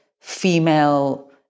female